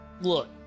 look